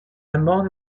embann